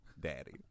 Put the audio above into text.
daddy